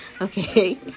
Okay